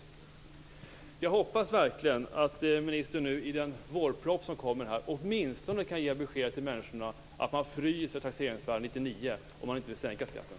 Jag hoppas verkligen att ministern i den vårproposition som skall framläggas åtminstone kan ge det beskedet till människorna att taxeringsvärdena fryses 1999, om man inte vill sänka skatten.